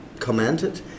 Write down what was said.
Commented